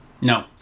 No